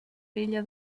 vella